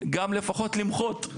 גם לפחות למחות,